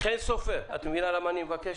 חן סופר, את מבינה למה אני מבקש?